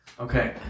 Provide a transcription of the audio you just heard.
Okay